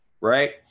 right